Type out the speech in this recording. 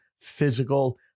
physical